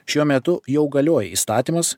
šiuo metu jau galioja įstatymas